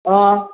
अँ